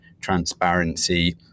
transparency